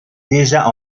déjà